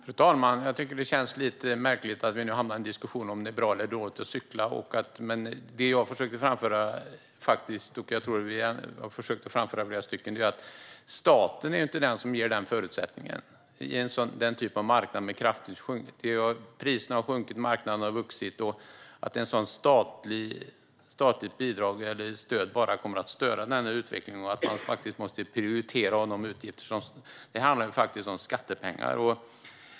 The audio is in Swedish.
Fru talman! Det känns lite märkligt att vi har hamnat i en diskussion om det är bra eller dåligt att cykla. Jag och flera andra har försökt framföra att det inte är staten som ska ge den förutsättningen, på en marknad som har vuxit och där priserna har sjunkit. Ett statligt stöd kommer bara att störa utvecklingen. Man måste faktiskt prioritera utgifterna. Det handlar om skattepengar.